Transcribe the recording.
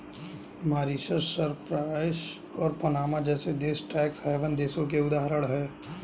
Mauritius, Cyprus और Panama जैसे देश टैक्स हैवन देशों के उदाहरण है